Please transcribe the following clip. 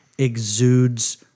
exudes